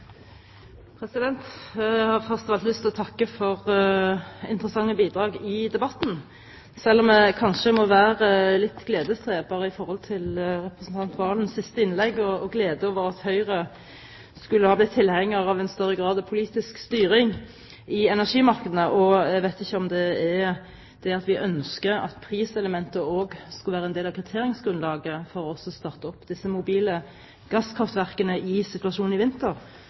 Jeg har først av alt lyst til å takke for interessante bidrag i debatten, selv om jeg kanskje må være litt gledesdreper i forhold til representanten Serigstad Valens siste innlegg og glede over at Høyre skulle ha blitt tilhenger av en større grad av politisk styring i energimarkedene. Jeg vet ikke om det er det at vi ønsker at priselementet også skulle være en del av kriteriegrunnlaget for å starte opp disse mobile gasskraftverkene i forbindelse med situasjonen i vinter,